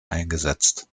eingesetzt